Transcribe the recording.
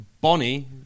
Bonnie